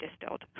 distilled